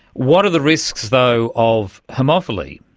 what are the risks though of homophily,